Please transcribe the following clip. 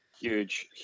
Huge